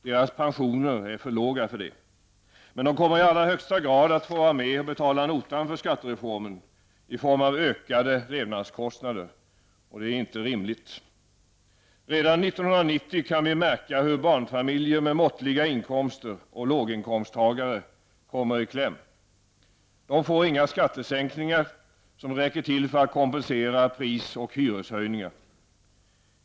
Deras pensioner är alltför låga. Men de kommer i allra högsta grad att få vara med och betala notan för skattereformen, i form av ökade levnadskostnader. Det är inte rimligt. Redan 1990 kan vi märka hur barnfamiljer med måttliga inkomster och låginkomsttagare kommer i kläm. De får inga skattesänkningar som räcker till för att kompensera pris och hyreshöjningar.